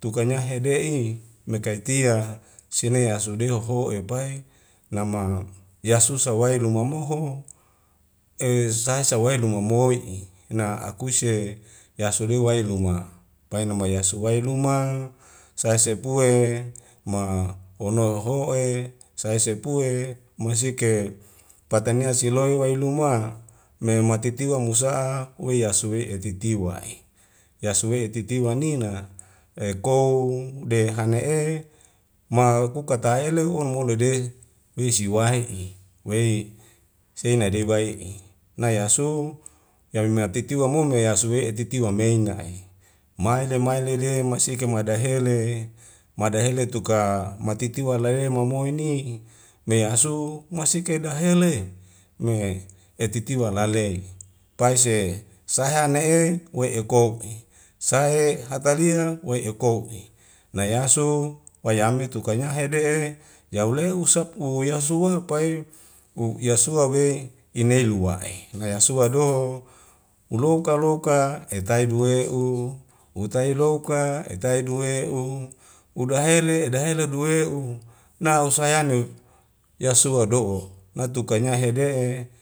tuka nyahede'i mekaitia sinea sudeo ho'e pai nama yasusa wai luma moho e sai sa wai luma moi'i na akuise yasu lowai luma painama yasu wai luma sai sepue ma honoho'e sae sepue masike patenea seleo wai luma me matitiwa musa'a woi yasuwe'e titiwa'i yasuwe titiwa nina e kouw de hane'e ma kuka taha ele un mudedes wei si wai'i wei seinadebai'i nai asu yame hatitiwa mu me a asu we' titiwa meinya'e mai le mai lele masi ikan madahele madahele tuka matitiwa la e mamoi ni me asu masike dahele me etitiwa lale paise saha nahe wei ekou'i sae hatalia wei ekou'i nai asu wayame tuka nyahe de'e yauleo sapu yasuwapa e u' yasuwa wei ineilua e maya sua do nrouk ka loka etai lue u utailoka etai duwe u udahele dahele duwe u nausayane yasua do'o matuka nyahede'e